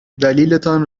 دلیلتان